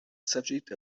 subject